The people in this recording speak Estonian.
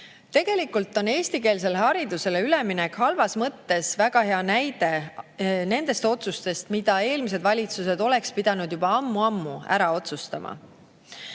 Tegelikult on eestikeelsele haridusele üleminek halvas mõttes väga hea näide nendest otsustest, mida eelmised valitsused oleks pidanud juba ammu-ammu ära otsustama.